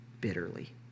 bitterly